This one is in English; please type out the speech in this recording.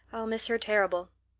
i'll miss her terrible.